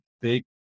big